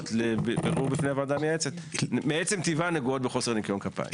לבירור בפני הוועדה המייעצת מעצם טבען נגועות בחוסר ניקיון כפיים